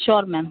sure ma'am